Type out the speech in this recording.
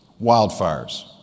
wildfires